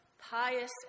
pious